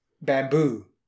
Bamboo